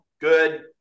Good